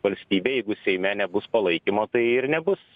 valstybė jeigu seime nebus palaikymo tai ir nebus